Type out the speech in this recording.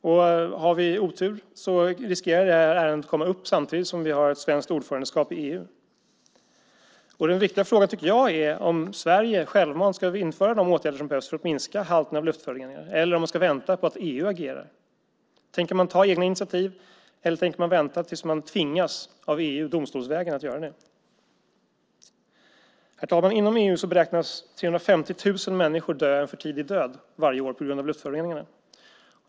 Om vi har otur riskerar ärendet att komma upp samtidigt som vi har ett svenskt ordförandeskap i EU. Den viktiga frågan, tycker jag, är om Sverige självmant ska vidta de åtgärder som behövs för att minska halten av luftföroreningar eller vänta på att EU agerar. Tänker man ta egna initiativ eller tänker man vänta tills man domstolsvägen tvingas av EU att göra det? Herr talman! Inom EU beräknas 350 000 människor varje år dö en för tidig död på grund av luftföroreningarna.